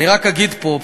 אני רק אגיד פה,